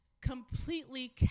completely